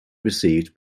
received